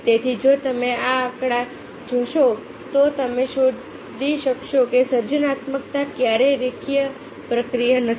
તેથી જો તમે આ આંકડો જોશો તો તમે શોધી શકશો કે સર્જનાત્મકતા ક્યારેય રેખીય પ્રક્રિયા નથી